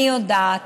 אני יודעת